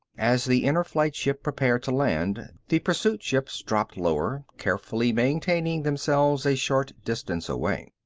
as the inner-flight ship prepared to land the pursuit ships dropped lower, carefully maintaining themselves a short distance away.